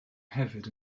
hefyd